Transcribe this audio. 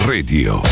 Radio